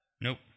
nope